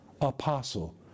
apostle